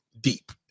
deep